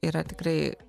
yra tikrai